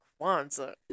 Kwanzaa